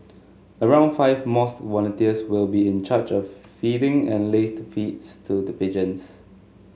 around five mosque volunteers will be in charge of feeding and laced feeds to the pigeons